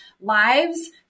lives